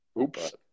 Oops